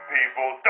People